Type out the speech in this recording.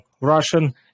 Russian